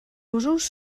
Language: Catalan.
usos